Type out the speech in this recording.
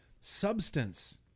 substance